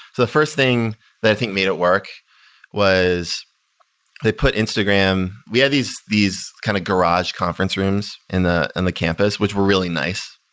the first thing that i think made it work was they put instagram we had these these kind of garage conference rooms in the and the campus, which were really nice.